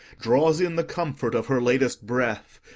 draws in the comfort of her latest breath,